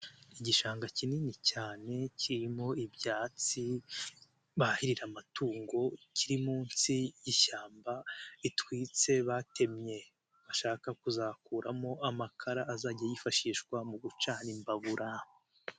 Igishanga kinini cyane kirimo ibyatsi, bahirira amatungo kiri munsi y'ishyamba ritwitse batemye, bashaka kuzakuramo amakara azajya yifashishwa mu gucana imbabura.